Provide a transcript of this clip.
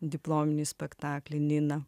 diplominį spektaklį nina